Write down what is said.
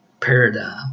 paradigm